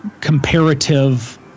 comparative